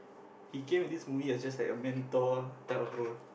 he came in this movie as just like a mentor type of role